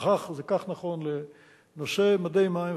כך נכון לנושא מדי מים,